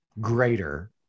greater